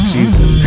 Jesus